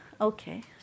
Okay